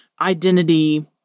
identity